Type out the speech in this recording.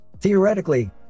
Theoretically